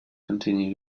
continued